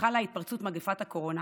חלה התפרצות מגפת הקורונה